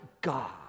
God